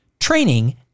training